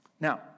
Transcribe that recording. Now